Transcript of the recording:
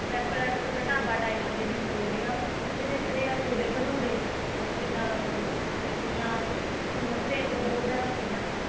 restaurant ਤੁਹਾਡਾ dhaba type ਜਿਹਨੂੰ ਬੋਲਦੇ ਆ ਉੱਥੇ ਦੇ ਜਿਹੜੇ ਆ ਛੋਲੇ ਭਟੂਰੇ ਉਹ ਜਿੱਦਾਂ ਟਿੱਕੀਆਂ ਸਮੋਸੇ ਉਹ ਬਹੁਤ ਜ਼ਿਆਦਾ ਫੇਮਸ ਆ